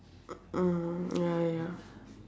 mm ya ya ya